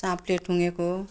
साँपले ठुँगेको